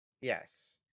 Yes